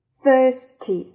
thirsty